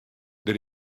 der